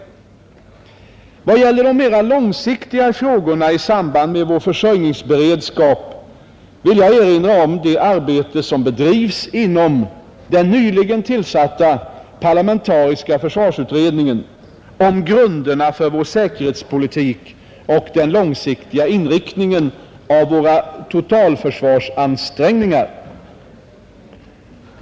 I vad gäller de mer långsiktiga frågorna i samband med vår försörjningsberedskap vill jag erinra om det arbete som bedrivs inom den nyligen tillsatta parlamentariska försvarsutredningen om grunderna för vår säkerhetspolitik och den långsiktiga inriktningen av våra totalförsvarsansträngningar.